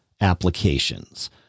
Applications